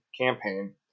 campaign